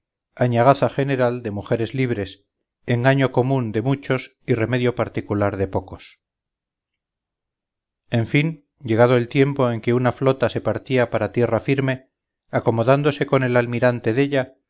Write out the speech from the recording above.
añagaza general de mujeres libres engaño común de muchos y remedio particular de pocos en fin llegado el tiempo en que una flota se partía para tierrafirme acomodándose con el almirante della